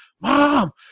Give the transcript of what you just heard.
Mom